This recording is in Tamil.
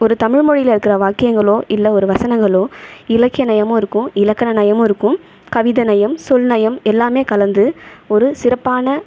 ஒரு தமிழ்மொழியில் இருக்கிற வாக்கியங்களோ இல்லை ஒரு வசனங்களோ இலக்கிய நயமும் இருக்கும் இலக்கண நயமும் இருக்கும் கவிதை நயம் சொல் நயம் எல்லாமே கலந்து ஒரு சிறப்பான